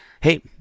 hey